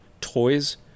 toys